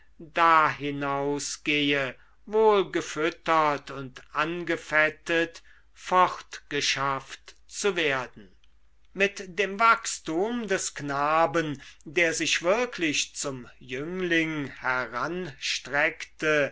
dahinaus gehe wohl gefüttert und angefettet fortgeschafft zu werden mit dem wachstum des knaben der sich wirklich zum jüngling